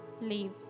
leave